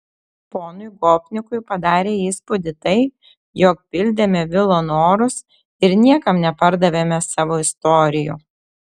ponui gopnikui padarė įspūdį tai jog pildėme vilo norus ir niekam nepardavėme savo istorijų